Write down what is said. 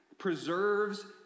preserves